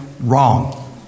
wrong